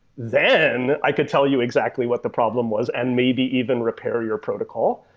then i could tell you exactly what the problem was and maybe even repair your protocol,